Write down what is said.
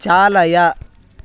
चालय